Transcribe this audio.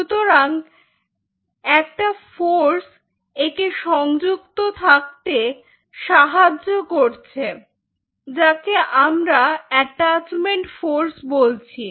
সুতরাং একটা ফোর্স একে সংযুক্ত থাকতে সাহায্য করছে যাকে আমরা অ্যাটাচমেন্ট ফোর্স বলছি